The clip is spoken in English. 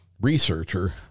researcher